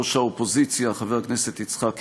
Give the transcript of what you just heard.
ראש האופוזיציה חבר הכנסת יצחק הרצוג,